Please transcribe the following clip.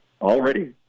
already